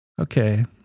okay